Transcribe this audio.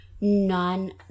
None